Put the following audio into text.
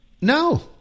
No